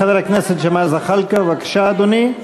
חבר הכנסת ג'מאל זחאלקה, בבקשה, אדוני.